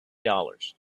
dollars